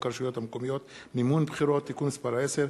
הרשויות המקומיות (מימון בחירות) (תיקון מס' 10),